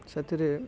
ସେଥିରେ